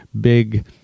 Big